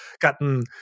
gotten